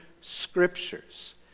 scriptures